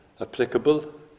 applicable